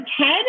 TED